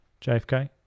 JFK